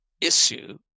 issue